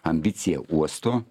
ambicija uosto